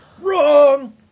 Wrong